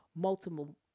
multiple